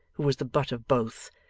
who was the butt of both,